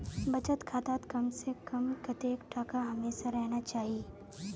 बचत खातात कम से कम कतेक टका हमेशा रहना चही?